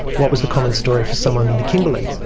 what was the common story for someone in the kimberley?